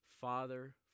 Father